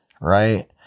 right